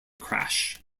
crash